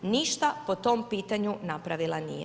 Ništa po tom pitanju napravila nije.